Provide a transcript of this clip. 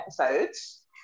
episodes